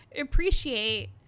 appreciate